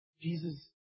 Jesus